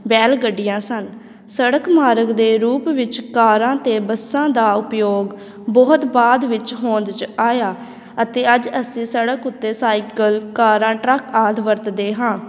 ਬੈਲਗੱਡੀਆਂ ਸਨ ਸੜਕ ਮਾਰਗ ਦੇ ਰੂਪ ਵਿੱਚ ਕਾਰਾਂ ਅਤੇ ਬੱਸਾਂ ਦਾ ਉਪਯੋਗ ਬਹੁਤ ਬਾਅਦ ਵਿੱਚ ਹੋਂਦ 'ਚ ਆਇਆ ਅਤੇ ਅੱਜ ਅਸੀਂ ਸੜਕ ਉੱਤੇ ਸਾਈਕਲ ਕਾਰਾਂ ਟਰੱਕ ਆਦਿ ਵਰਤਦੇ ਹਾਂ